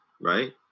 right